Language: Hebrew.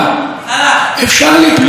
התיקון שלי מדבר על שוויון,